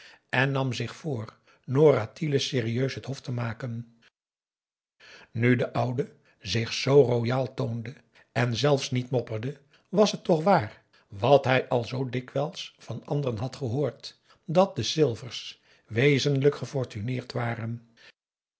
en nam zich voor nora tiele serieus het hof te maken nu de oude zich z royaal toonde en zelfs niet mopperde was het toch waar wat hij al zoo dikwijls van anderen had gehoord dat de silvers wezenlijk gefortuneerd waren